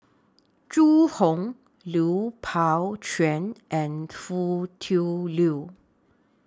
Zhu Hong Lui Pao Chuen and Foo Tui Liew